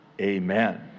Amen